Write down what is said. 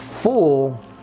full